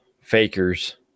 Fakers